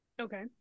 Okay